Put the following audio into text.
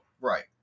Right